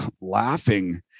laughing